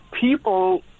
people